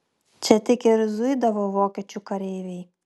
čia tik ir zuidavo vokiečių kareiviai